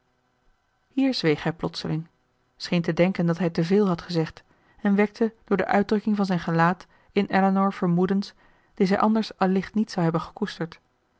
hier zweeg hij plotseling scheen te denken dat hij te veel had gezegd en wekte door de uitdrukking van zijn gelaat in elinor vermoedens die zij anders allicht niet zou hebben gekoesterd